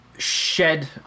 shed